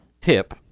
tip